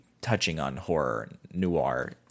touching-on-horror-noir